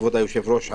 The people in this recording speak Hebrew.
כבוד היושב-ראש,